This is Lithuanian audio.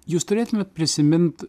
jūs turėtumėt prisimint